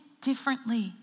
differently